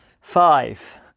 Five